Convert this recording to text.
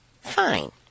fine